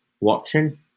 watching